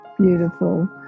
beautiful